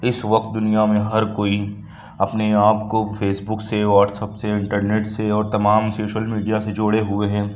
اس وقت دنیا میں ہر کوئی اپنے آپ کو فیس بک سے واٹسپ سے انٹرنیٹ سے اور تمام سوشل میڈیا سے جوڑے ہوئے ہیں